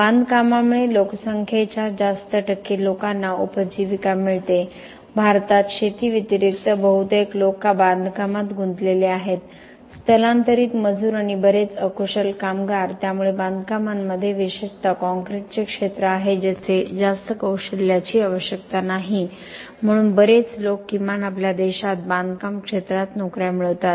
बांधकामामुळे लोकसंख्येच्या जास्त टक्के लोकांना उपजीविका मिळते भारतात शेतीव्यतिरिक्त बहुतेक लोक बांधकामात गुंतलेले आहेत स्थलांतरित मजूर आणि बरेच अकुशल कामगार त्यामुळे बांधकामांमध्ये विशेषत काँक्रीटचे क्षेत्र आहे जेथे जास्त कौशल्याची आवश्यकता नाही म्हणून बरेच लोक किमान आपल्या देशात बांधकाम क्षेत्रात नोकऱ्या मिळवतात